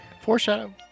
Foreshadow